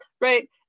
Right